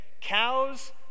cows